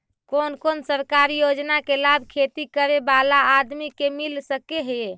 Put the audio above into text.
कोन कोन सरकारी योजना के लाभ खेती करे बाला आदमी के मिल सके हे?